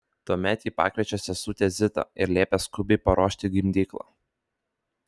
tuomet ji pakviečia sesutę zitą ir liepia skubiai paruošti gimdyklą